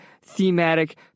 thematic